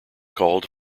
called